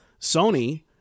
Sony